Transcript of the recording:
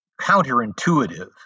counterintuitive